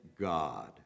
God